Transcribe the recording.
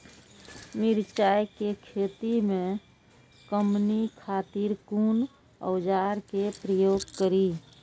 मिरचाई के खेती में कमनी खातिर कुन औजार के प्रयोग करी?